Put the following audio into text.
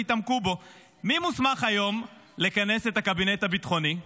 התעמקו בו: מי מוסמך היום לכנס את הקבינט הביטחוני,